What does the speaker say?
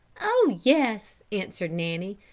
oh, yes, answered nanny,